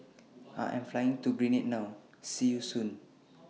I Am Flying to Grenada now See YOU Soon